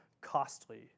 costly